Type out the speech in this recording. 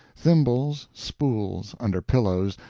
thimbles, spools, under pillows,